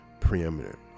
preeminent